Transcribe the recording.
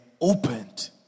opened